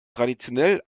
traditionell